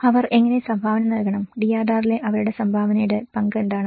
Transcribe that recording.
അവർ എങ്ങനെ സംഭാവന നൽകണം DRR ലെ അവരുടെ സംഭാവനയുടെ പങ്ക് എന്താണ്